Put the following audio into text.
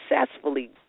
successfully